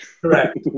Correct